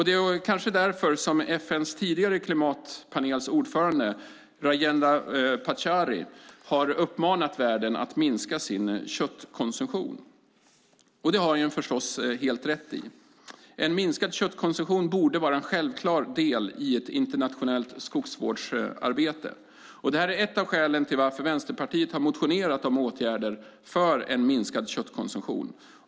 Det är kanske därför tidigare ordföranden för FN:s klimatpanel, Rajendra Pachauri, har uppmanat världen att minska sin köttkonsumtion. Det har han förstås helt rätt i. En minskad köttkonsumtion borde vara en självklar del i ett internationellt skogsvårdsarbete. Det är ett av skälen till att Vänsterpartiet har motionerat om åtgärder för en minskad köttkonsumtion.